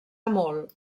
molt